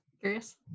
curious